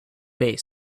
bass